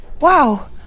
Wow